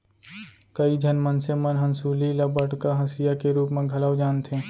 कइ झन मनसे मन हंसुली ल बड़का हँसिया के रूप म घलौ जानथें